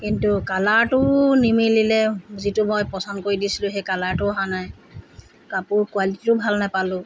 কিন্তু কালাৰটোও নিমিলিলে যিটো মই পচন্দ কৰি দিছিলোঁ সেই কালাৰটো অহা নাই কাপোৰৰ কুৱালিটিটো ভাল নাপালোঁ